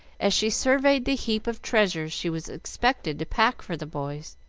as she surveyed the heap of treasures she was expected to pack for the boys.